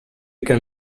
can